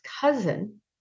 cousin